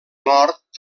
nord